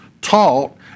taught